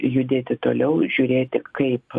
judėti toliau žiūrėti kaip